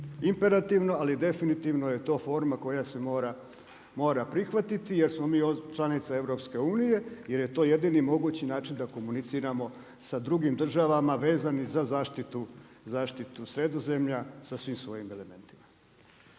ali definitivno je to forma koja se mora prihvatiti jer smo mi članica EU-a, jer je to jedini mogući način da komuniciramo sa drugim državama vezanih za zaštitu Sredozemlja sa svim svojim elementima.